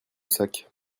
sac